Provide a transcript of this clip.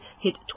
hit